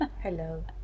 Hello